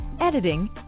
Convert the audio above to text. editing